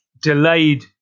delayed